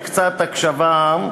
אבל אני חושב שקצת הקשבה,